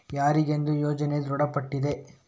ಯಾರಿಗೆಂದು ಯೋಜನೆ ದೃಢಪಟ್ಟಿದೆ?